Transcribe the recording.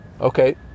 Okay